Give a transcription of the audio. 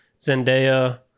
Zendaya